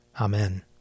Amen